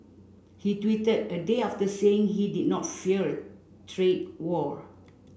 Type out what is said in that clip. he tweeted a day after saying he did not fear a trade war